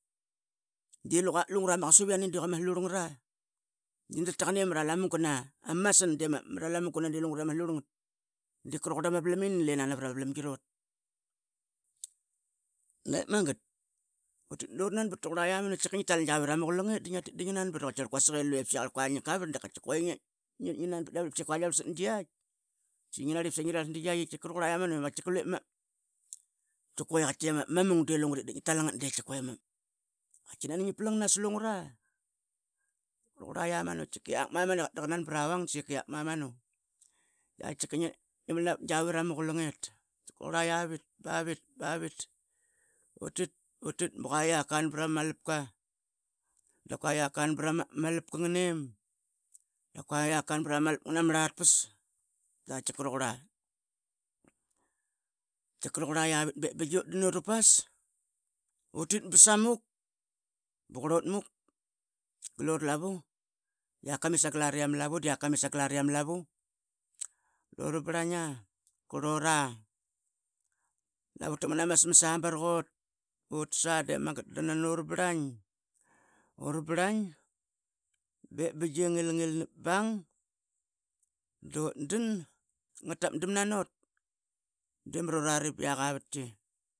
Di lungura ma qasup yane dia ama slurlngat indara taqan ima ralamung gna ama masan di ma ralamun gna di qranqar ama valam inni lina navra ma vlamgi rot. Dip magat utit durnabat tanqura iamanu tkika ngi tal gavit ama qlunget dingia tit dingi nanbat tkiakar quasik i lue i katkiakarl que qavarl tkika ngi nanbat buka ngia varlsat ningiat dingi navlep saiyi ngi rarlas sada di gi at tkika rauqura iamanu. Tkika ama mung diama slurlngat ingi tal ngat nani ngi plangnas slungra ranqriva iamanu tkikiak mamanu katit daka na pravang da salyika yiak mamu da tkika ngi mal navat gavit ama qlunget ranqura iavit bavit bavit. Utit utit buka iak kanbra ma malpka da qua iak kanbra ma malpka- ngnem da qua rak kanbra ma malpka-ngnamarlatpus dakatkika vauqura tkika ranqura iavit bip bngia utdan ivura pas. Utit basamuk qrlot muk gluralavu rak kamit sagal ari iama lavu diak kamit sagal ari lama lavu. Urabrainga qrlora lavu ratakmat nama smas a barakot utasa dip magat da nani ura braing urabraing bip bingia gilgilnapbang. Nga ratap damna not marurari biak avatki.